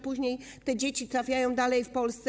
Później te dzieci trafiają dalej do Polski.